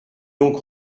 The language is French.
donc